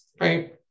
right